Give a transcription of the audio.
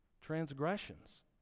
transgressions